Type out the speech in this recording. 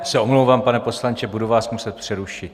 Já se omlouvám, pane poslanče, budu vás muset přerušit.